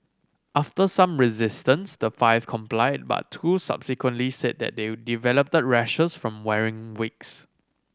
after some resistance the five complied but two subsequently said that they developed rashes from wearing wigs